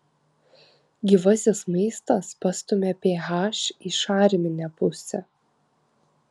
gyvasis maistas pastumia ph į šarminę pusę